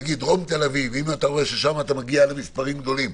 נגיד אם אתה רואה שבדרום תל אביב אתה מגיע למספרים גדולים,